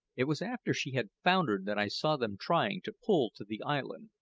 it was after she had foundered that i saw them trying to pull to the island.